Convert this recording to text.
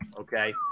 okay